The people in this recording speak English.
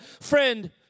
friend